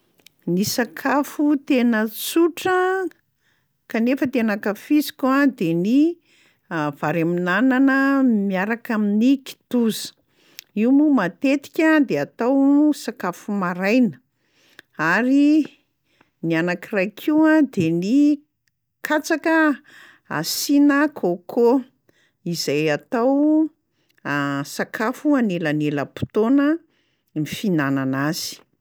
Ny sakafo tena tsotra kanefa tena ankafizoko a de ny vary amin'anana miaraka amin'ny kitoza, io moa matetika de atao sakafo maraina ary ny anankiray koa de ny katsaka asiana coco izay atao sakafo anelanelam-potoana ny fihinanana azy.